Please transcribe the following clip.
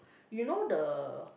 you know the